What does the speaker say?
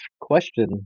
question